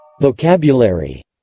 Vocabulary